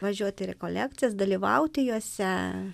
važiuoti į rekolekcijas dalyvauti juose